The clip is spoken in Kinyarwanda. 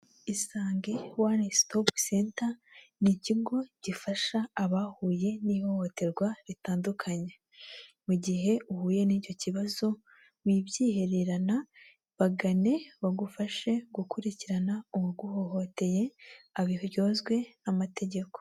Isange one stop centre ni ikigo gifasha abahuye n'ihohoterwa ritandukanye, mu gihe uhuye n'icyo kibazo wibyihererana bagane bagufashe gukurikirana uwaguhohoteye abiryozwe n'amategeko.